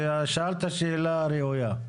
ושאלת שאלה ראויה.